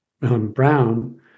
Brown